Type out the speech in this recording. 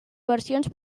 versions